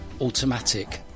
automatic